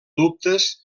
dubtes